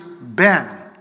ben